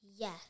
Yes